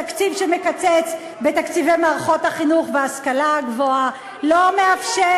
תקציב שמקצץ בתקציבי מערכות החינוך וההשכלה הגבוהה לא מאפשר,